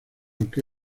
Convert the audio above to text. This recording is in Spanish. que